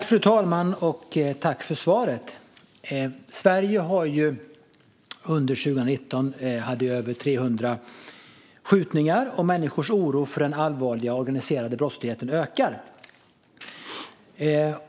Fru talman! Tack för svaret, statsrådet! Sverige hade under 2019 över 300 skjutningar. Människors oro över den allvarliga organiserade brottsligheten ökar.